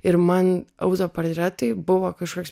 ir man autoportretai buvo kažkoks